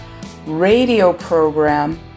Radioprogram